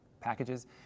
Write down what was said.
packages